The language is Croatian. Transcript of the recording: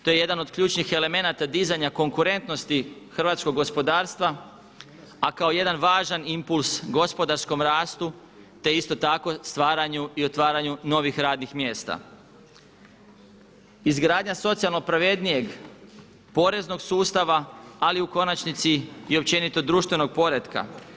To je jedan od ključnih elemenata dizanja konkurentnosti hrvatskog gospodarstva a kao jedan važan impuls gospodarskom rastu te isto tako stvaranju i otvaranju novih radnih mjesta, izgradnja socijalno pravednijeg poreznog sustava ali u konačnici i općenito društvenog poretka.